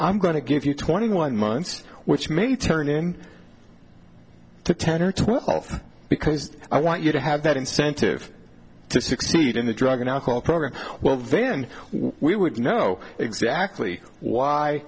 i'm going to give you twenty one months which may turn in to ten or twelve because i want you to have that incentive to succeed in the drug and alcohol program well then we would know exactly why